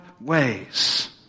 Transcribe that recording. ways